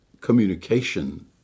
communication